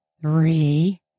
Three